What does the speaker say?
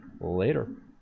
Later